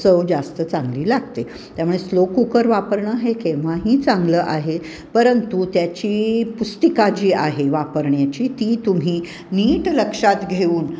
चव जास्त चांगली लागते त्यामुळे स्लो कुकर वापरणं हे केव्हाही चांगलं आहे परंतु त्याची पुस्तिका जी आहे वापरण्याची ती तुम्ही नीट लक्षात घेऊन